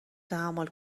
تحمل